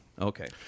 Okay